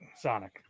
Sonic